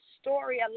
story